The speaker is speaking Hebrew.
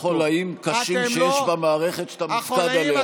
תטפל בחוליים קשים שיש במערכת שאתה מופקד עליה.